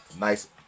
nice